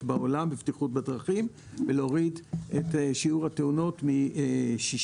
בעולם בבטיחות בדרכים ולהוריד את שיעור התאונות מ-6